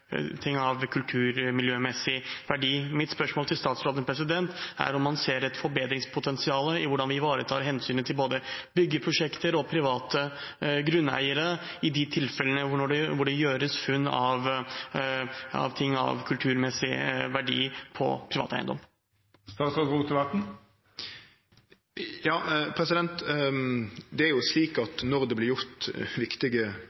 ting av kulturmiljømessig verdi. Mitt spørsmål til statsråden er om han ser et forbedringspotensial i hvordan vi ivaretar hensynet til både byggeprosjekter og private grunneiere i de tilfellene hvor det gjøres funn av ting av kulturmiljømessig verdi på privat eiendom. Når det